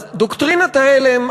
אז דוקטרינת ההלם,